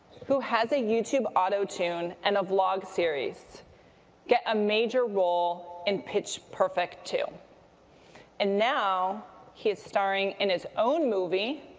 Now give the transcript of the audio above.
who has a youtube auto tune and vlog series get a major role in pitch perfect two and now he's starring in his own movie,